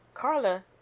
Carla